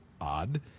odd